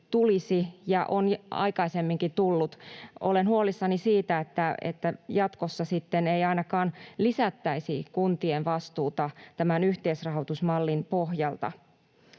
tulisi ja on aikaisemminkin tullut. Olen huolissani siitä, että jatkossa sitten ei ainakaan lisättäisi kuntien vastuuta tämän yhteisrahoitusmallin pohjalta.